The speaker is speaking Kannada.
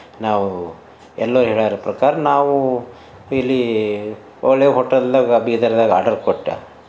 ನಾವು ಎಲ್ಲರ ಹೇಳ್ಯಾರ ಪ್ರಕಾರ ನಾವು ಇಲ್ಲಿ ಒಳ್ಳೆ ಹೋಟೆಲ್ದಾಗ ಬೀದರ್ದಾಗ ಆರ್ಡರ್ ಕೊಟ್ಟ